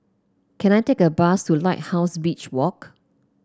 can I take a bus to Lighthouse Beach Walk